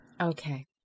Okay